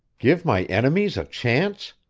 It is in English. give my enemies a chance?